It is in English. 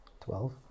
Twelve